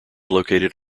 located